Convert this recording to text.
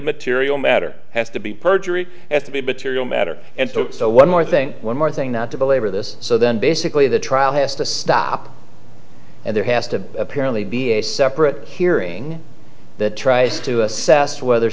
material matter has to be perjury has to be material matter and so so one more thing one more thing not to belabor this so then basically the trial has to stop and there has to apparently be a separate hearing that tries to assess whether